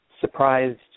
surprised